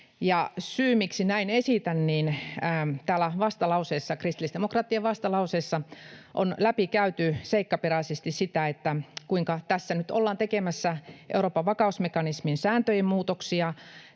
Syy, miksi näin esitän: Kristillisdemokraattien vastalauseessa on läpikäyty seikkaperäisesti sitä, kuinka tässä nyt ollaan tekemässä Euroopan vakausmekanismin sääntöjen muutoksia,